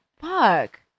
Fuck